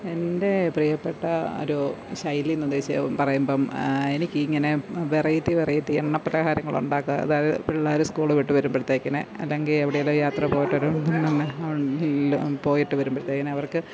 എൻ്റെ പ്രിയപ്പെട്ട ഒരു ശൈലി എന്ന് ഉദ്ദേശി പറയുമ്പോള് എനിക്കിങ്ങനെ വെറൈറ്റി വെറൈറ്റി എണ്ണ പലഹാരങ്ങൾ ഉണ്ടാക്കുക അതായത് പിള്ളേര് സ്കൂള് വിട്ടു വരുമ്പോഴത്തെക്കിന് അല്ലെങ്കില് എവിടെയേലും യാത്ര പോയിട്ട് ഒരു പോയിട്ട് വരുമ്പോഴത്തേന് അവർക്ക്